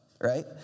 right